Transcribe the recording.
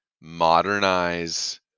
modernize